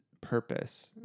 purpose